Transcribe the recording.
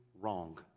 wrong